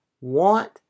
want